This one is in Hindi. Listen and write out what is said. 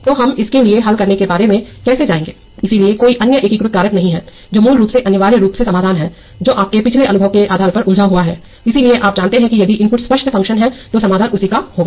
तोहम इसके लिए हल करने के बारे में कैसे जाएंगेइसलिए कोई अन्य एकीकृत कारक नहीं है जो मूल रूप से अनिवार्य रूप से समाधान है जो आपके पिछले अनुभव के आधार पर उलझा हुआ है इसलिए आप जानते हैं कि यदि इनपुट स्पष्ट फंक्शन है तो समाधान उसी का होगा